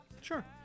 sure